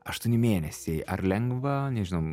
aštuoni mėnesiai ar lengva nežinau